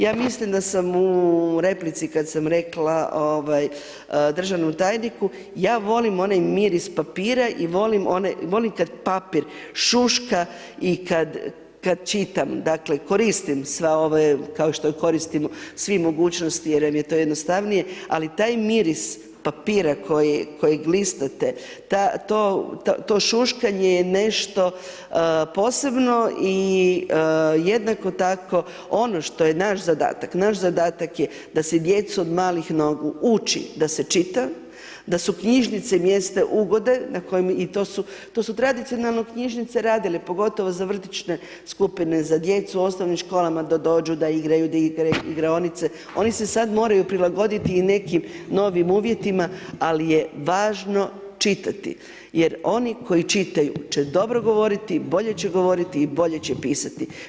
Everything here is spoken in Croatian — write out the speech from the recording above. Ja mislim da sam u replici kad sam rekla državnom tajniku, ja volim onaj miris papira i volim kad papir šuška i kad čitam, dakle, koristim sve ove, kao što je koristim u svim mogućnosti jer nam je to jednostavnije, ali taj miris papira kojeg listate, to šuškanje je nešto posebno i jednako tako, ono što je naš zadatak, naš zadatak je da se djecu od malih nogu uči da se čita, da su knjižnice mjesta ugode na kojem, i to su, to su tradicionalno knjižnice radile, pogotovo za vrtićne skupine, za djecu u osnovnim školama, da dođu, da igraju, da igraju igraonice, oni se sad moraju prilagoditi i nekim novim uvjetima, ali je važno čitati jer oni koji čitaju će dobro govoriti, bolje će govoriti i bolje će pisati.